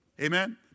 Amen